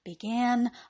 began